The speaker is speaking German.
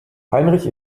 heinrich